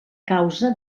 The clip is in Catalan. causa